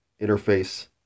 interface